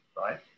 Right